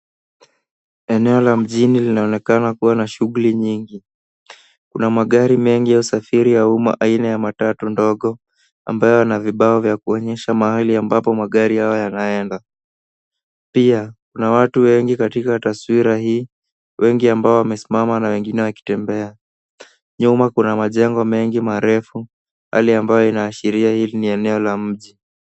Eneo la mjini linaonekana kuwa na shughuli nyingi. Kuna magari mengi ya usafiri wa umma aina ya matatu ndogo ambayo yana vibao vya kuonyesha mahali ambapo magari hayo yanaenda. Pia kuna watu wengi katika taswira hii ambao wamesimama na wengine wakitembea. Nyuma kuna majengo mengi marefu ,hali inaashiria hili ni eneo la mji.